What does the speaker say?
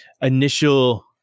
initial